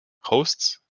hosts